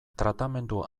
tratamendu